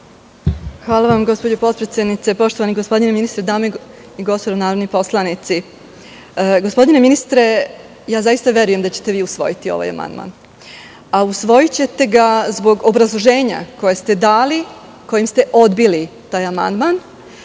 Hvala vam, gospođo potpredsednice. Poštovani gospodine ministre, dame i gospodo narodni poslanici, zaista verujem da ćete vi usvojiti ovaj amandman, a usvojićete ga zbog obrazloženja koje ste dali, a kojim se odbili taj amandman,